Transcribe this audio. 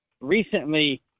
recently